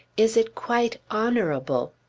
is it quite honorable?